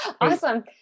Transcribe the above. Awesome